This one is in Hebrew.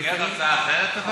זה במסגרת הצעה אחרת?